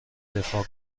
دفاع